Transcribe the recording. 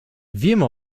wiem